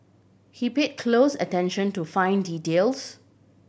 he paid close attention to fine details